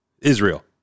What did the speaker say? Israel